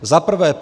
Za prvé.